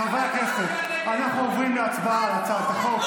חברי הכנסת, אנחנו עוברים להצבעה על הצעת החוק.